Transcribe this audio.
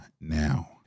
now